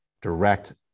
direct